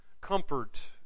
comfort